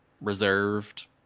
reserved